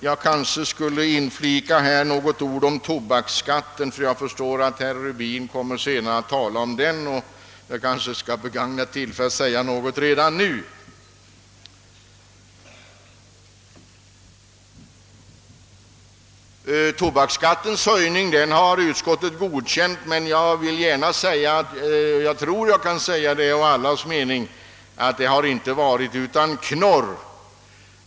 Jag kanske bör inflicka några ord även om tobaksskatten, eftersom jag förstår att herr Rubin senare kommer att tala om denna. Utskottet har godtagit en höjning av tobaksskatten, men jag tror att jag å allas vägnar kan säga att detta inte har skett utan knorr.